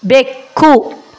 ಬೆಕ್ಕು